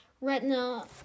Retina